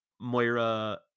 Moira